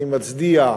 אני מצדיע,